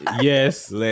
yes